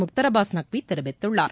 முக்தார் அப்பாஸ் நக்வி தெரிவித்துள்ளார்